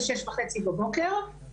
כמו בגוש קטיף כשכל מיני ארגונים נתנו ותיווכו